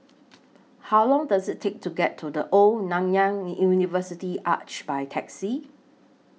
How Long Does IT Take to get to The Old Nanyang University Arch By Taxi